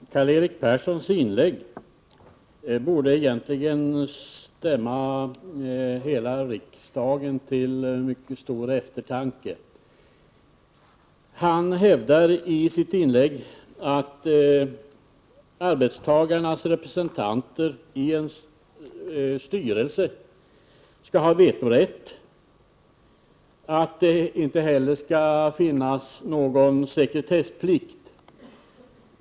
Fru talman! Karl-Erik Perssons inlägg borde egentligen stämma hela riksdagen till mycket stor eftertanke. Han hävdar i sitt inlägg att arbetstagarnas representanter i en styrelse skall ha vetorätt, och att det inte skall finnas någon sekretessplikt.